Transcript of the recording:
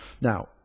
Now